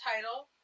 title